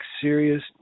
serious